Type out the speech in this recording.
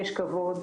יש כבוד.